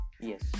Yes